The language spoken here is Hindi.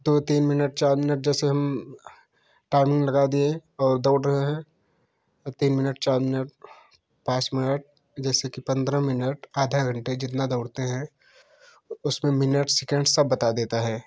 दो तीन मिनट चार मिनट जैसे हम टाइमिंग लगा दिए और दौड़ रहे हैं दो तीन मिनट चार मिनट पाँच मिनट जैसे कि पंद्रह मिनट आधा घंटे जितना दौड़ते हैं उसमें मिनट सेकंड सब बता देता है